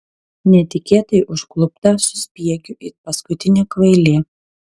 netikėtai užklupta suspiegiu it paskutinė kvailė